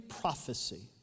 prophecy